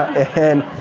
and